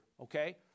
okay